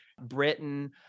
Britain